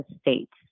states